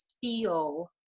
feel